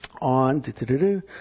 on